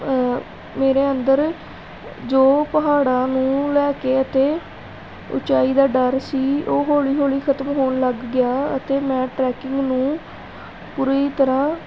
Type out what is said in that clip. ਮੇਰੇ ਅੰਦਰ ਜੋ ਪਹਾੜਾਂ ਨੂੰ ਲੈ ਕੇ ਅਤੇ ਉੱਚਾਈ ਦਾ ਡਰ ਸੀ ਉਹ ਹੌਲੀ ਹੌਲੀ ਖਤਮ ਹੋਣ ਲੱਗ ਗਿਆ ਅਤੇ ਮੈਂ ਟਰੈਕਿੰਗ ਨੂੰ ਪੂਰੀ ਤਰ੍ਹਾਂ